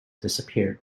disappeared